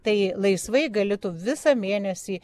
tai laisvai galėtų visą mėnesį